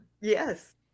Yes